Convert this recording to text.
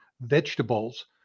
vegetables